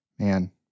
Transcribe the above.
Man